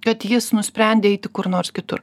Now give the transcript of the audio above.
kad jis nusprendė eiti kur nors kitur